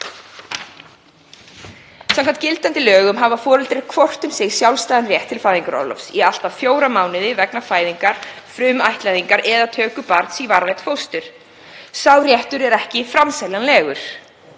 Samkvæmt gildandi lögum hafa foreldrar hvort um sig sjálfstæðan rétt til fæðingarorlofs í allt að fjóra mánuði vegna fæðingar, frumættleiðingar eða töku barns í varanlegt fóstur. Sá réttur er ekki framseljanlegur.